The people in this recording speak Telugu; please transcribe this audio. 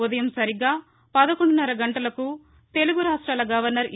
ఉదయం సరిగ్గా పదకొండుస్నర గంటలకు తెలుగు రాష్ట్రాల గవర్నర్ ఇ